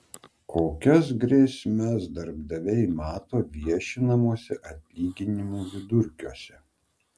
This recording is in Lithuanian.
kokias grėsmes darbdaviai mato viešinamuose atlyginimų vidurkiuose